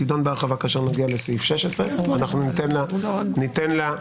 תידון בהרחבה כאשר נגיע לסעיף 16. אנחנו ניתן לה מענה.